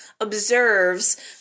observes